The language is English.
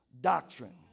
doctrine